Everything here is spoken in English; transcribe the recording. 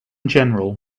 general